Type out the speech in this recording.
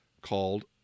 called